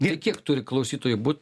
ir kiek turi klausytojų būt